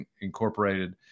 incorporated